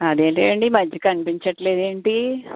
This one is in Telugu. అదెంటండీ ఈ మధ్య కనిపించట్లేదేంటీ